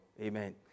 Amen